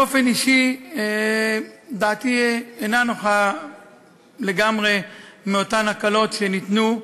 באופן אישי דעתי אינה נוחה לגמרי מאותן הקלות שניתנו.